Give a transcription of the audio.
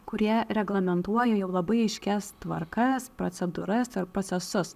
kurie reglamentuoja jau labai aiškias tvarkas procedūras ir procesus